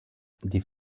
die